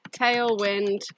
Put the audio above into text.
tailwind